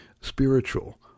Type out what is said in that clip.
spiritual